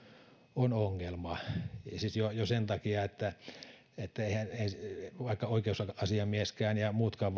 on ongelma jo jo sen takia että että eiväthän oikeusasiamies ja muutkaan